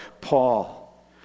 Paul